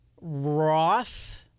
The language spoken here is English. Roth